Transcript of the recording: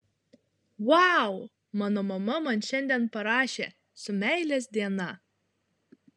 vau mano mama man šiandien parašė su meilės diena